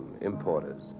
importers